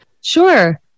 Sure